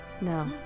no